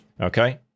okay